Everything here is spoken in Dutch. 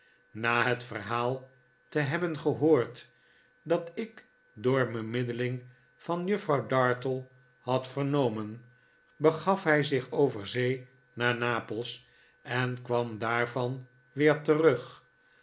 na het verhaal te hebben gehoord dat ik door bemiddeling van juffrouw dartle had vernomen begaf hij zich over zee naar napels en kwam daarvan weer terug